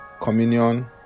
communion